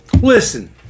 listen